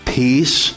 peace